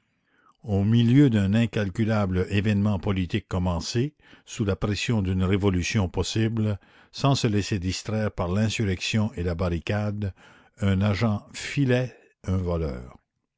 au milieu d'un incalculable événement politique commencé sous la pression d'une révolution possible sans se laisser distraire par l'insurrection et la barricade un agent filait un voleur